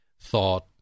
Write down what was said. thought